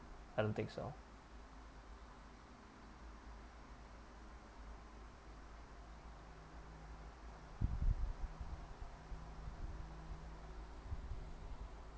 I don't think so